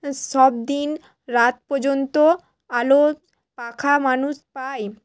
সব দিন রাত পর্যন্ত আলো পাখা মানুষ পায়